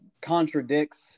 contradicts